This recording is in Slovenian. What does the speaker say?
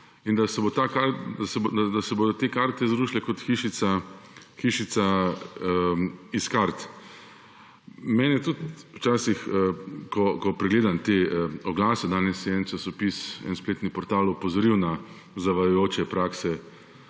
in da se bodo te karte zrušile kot hišica iz kart. Včasih ko pregledam te oglase – danes je en spletni portal opozoril na zavajajoče prakse